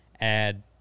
add